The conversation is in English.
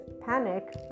panic